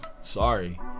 sorry